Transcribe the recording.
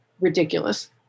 Ridiculous